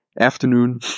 afternoon